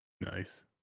nice